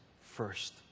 first